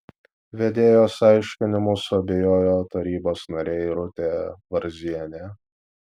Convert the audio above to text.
vedėjos aiškinimu suabejojo tarybos narė irutė varzienė